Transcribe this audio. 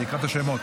אני אקרא את השמות.